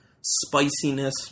spiciness